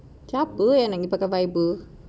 siapa yang pakai Viber